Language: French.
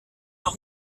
leur